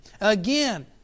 Again